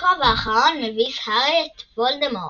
בדו־קרב האחרון מביס הארי את וולדמורט.